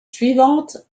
suivantes